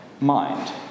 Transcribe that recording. mind